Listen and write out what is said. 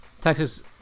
Texas